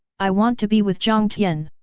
i want to be with jiang tian.